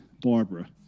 Barbara